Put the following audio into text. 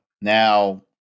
Now